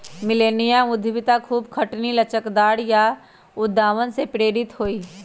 millennium उद्यमिता खूब खटनी, लचकदार आऽ उद्भावन से प्रेरित हइ